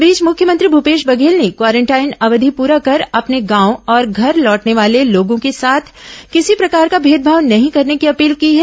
इस बीच मुख्यमंत्री भुपेश बघेल ने क्वारेंटाइन अवधि पुरा कर अपने गांव और घर लौटने वाले लोगों के साथ किसी प्रकार का मेदभाव नहीं करने की अपील की है